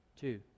Two